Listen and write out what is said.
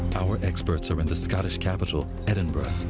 our experts are in the scottish capital, edinburgh.